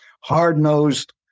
hard-nosed